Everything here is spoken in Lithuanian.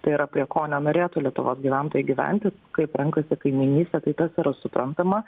tai yra prie ko nenorėtų lietuvos gyventojai gyventi kaip renkasi kaimynystę tai tas yra suprantama